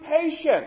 patient